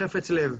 בחפץ לב,